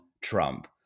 Trump